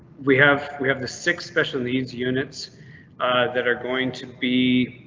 we have we have the. six special needs units that are going to be.